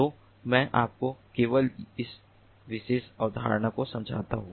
तो मैं आपको केवल इस विशेष अवधारणा को समझाता हूं